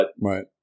right